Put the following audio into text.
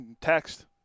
Text